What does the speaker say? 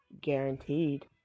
guaranteed